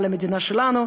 על המדינה שלנו,